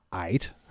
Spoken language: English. eight